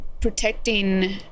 protecting